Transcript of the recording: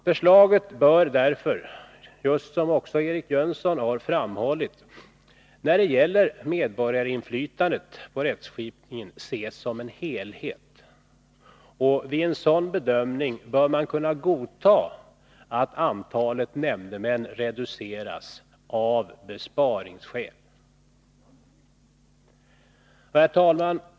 Förslaget bör därför, just som också Eric Jönsson har framhållit, när det gäller medborgarinflytandet och rättskipningen ses som en helhet, och vid en sådan bedömning bör man kunna godta att antalet nämndemän reduceras av besparingskäl. Herr talman!